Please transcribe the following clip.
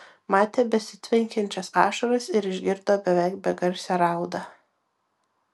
matė besitvenkiančias ašaras ir išgirdo beveik begarsę raudą